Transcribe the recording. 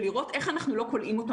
וזה לא מכוון אליך.